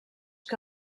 que